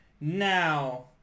Now